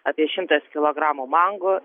apie šimtas kilogramų mangų